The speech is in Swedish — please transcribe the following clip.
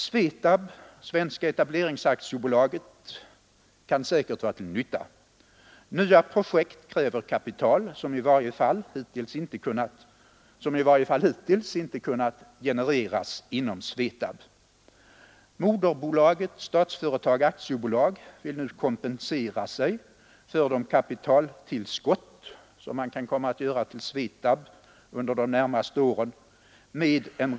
SVETAB — Svenska industrietablerings AB — kan säkerligen vara till nytta. Nya projekt kräver kapital som i varje fall hittills inte kunnat genereras inom SVETAB. Moderbolaget, Statsföretag AB, vill nu genom en reducerad inleverans av vinstmedel till staten kompensera sig för de kapitaltillskott, som man kommer att göra till SVETAB under de närmaste åren.